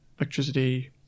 electricity